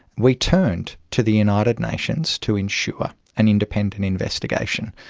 we turned to the united nations to ensure an independent investigation.